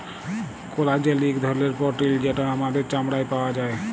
collagen ইক ধরলের protein যেট আমাদের চামড়ায় পাউয়া যায়